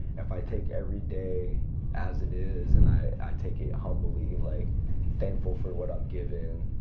if i take every day as it is and i take it humbly like thank ful for what i'm given.